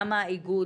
גם האיגוד.